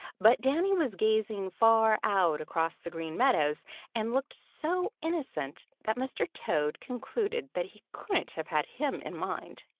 but danny was gazing far out across the green meadows and looked so innocent that mr. toad concluded that he couldn't have had him in mind.